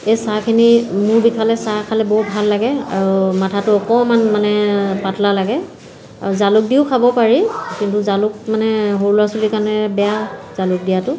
এই চাহখিনি মোৰ বিষালে চাহ খালে বহুত ভাল লাগে আৰু মাথাটো অকমান মানে পাতলা লাগে আৰু জালুক দিও খাব পাৰি কিন্তু জালুক মানে সৰু লৰা ছোৱালীৰ কাৰণে বেয়া জালুক দিয়াটো